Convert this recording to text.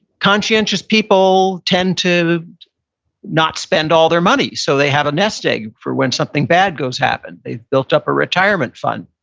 conscientious people tend to not spend all their money, so they have a nest egg for when something bad goes happen. they've built up a retirement fund.